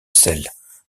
celles